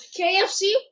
KFC